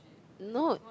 no